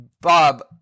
Bob